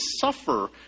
suffer